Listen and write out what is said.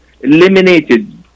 eliminated